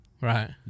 Right